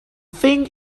thing